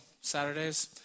Saturdays